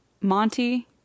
monty